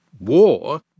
war